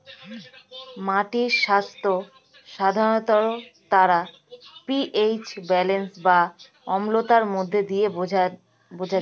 মাটির স্বাস্থ্য সাধারণত তার পি.এইচ ব্যালেন্স বা অম্লতার মধ্য দিয়ে বোঝা যায়